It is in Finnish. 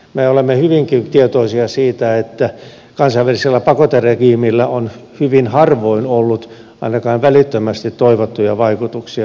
me olemme hyvinkin tietoisia siitä että kansainvälisellä pakoteregiimillä on hyvin harvoin ollut ainakaan välittömästi toivottuja vaikutuksia